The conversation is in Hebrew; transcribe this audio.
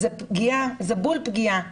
זה בול-פגיעה,